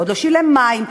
עוד לא שילם מים,